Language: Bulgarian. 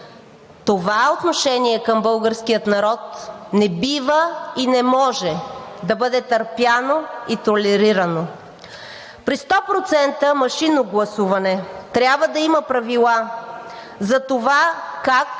Това отношение към българския народ не бива и не може да бъде търпяно и толерирано. При 100% машинно гласуване трябва да има правила за това как